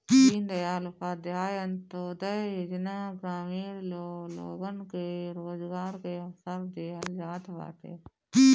दीनदयाल उपाध्याय अन्त्योदय योजना में ग्रामीण लोगन के रोजगार के अवसर देहल जात बाटे